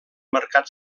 mercat